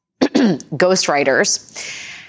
ghostwriters